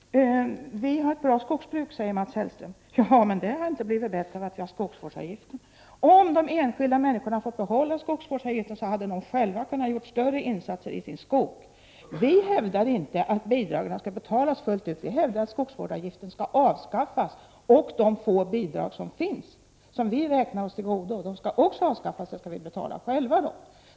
Fru talman! Vi har ett bra skogsbruk, säger Mats Hellström. Ja, men det har inte blivit bättre av skogsvårdsavgiften. Om de enskilda människorna hade fått behålla skogsvårdsavgiften hade de själva kunnat göra större insatser i sin skog. Vi hävdar inte att bidragen skall betalas tillbaka fullt ut. Vi hävdar att skogsvårdsavgiften skall avskaffas. Och de få bidrag som vi räknar oss till godo skall också avskaffas.